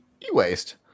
e-waste